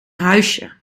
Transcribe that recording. huisje